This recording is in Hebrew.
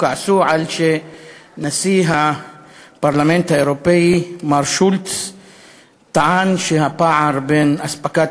כעסו על שנשיא הפרלמנט האירופי מר שולץ טען שהפער בין אספקת